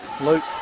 Luke